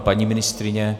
Paní ministryně?